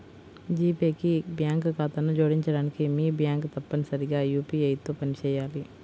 G pay కి bank ఖాతాను జోడించడానికి, మీ బ్యాంక్ తప్పనిసరిగా యూ.పీ.ఐ తో పనిచేయాలి